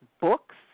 books